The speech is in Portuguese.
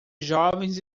jovens